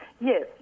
Yes